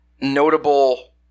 Notable